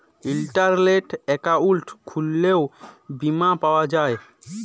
ইলটারলেট account খুইললেও বীমা পাউয়া যায়